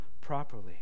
properly